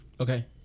Okay